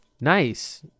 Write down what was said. Nice